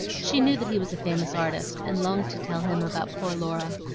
she knew that he was a famous artist, and longed to tell him about poor laura,